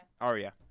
Aria